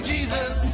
Jesus